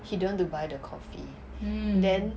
he don't want to buy the coffee then